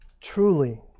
Truly